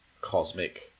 cosmic